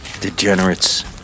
Degenerates